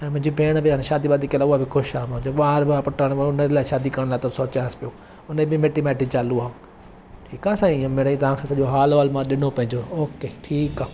ऐं मुंहिंजी भेण बि हाणे शादी वादी करे उहा बि ख़ुशि आहे मुंहिंजो ॿार आहे पुटु हाणे मां उन लाइ शादी करण लाइ थो सोचासि पियो उन ई बि मिटु माइटी चालू आहे ठीकु आहे साईं इहे मिड़ई तव्हांखे सॼो हालु हवालु मां ॾिनो पंहिंजो ओके ठीकु आहे